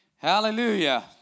Hallelujah